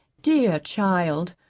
dear child,